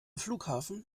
flughafen